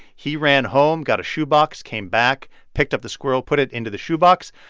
he ran home, got a shoe box, came back, picked up the squirrel, put it into the shoe box.